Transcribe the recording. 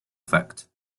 effect